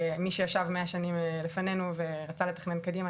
מי שישב מאה שנים לפנינו ורצה לתכנן קדימה,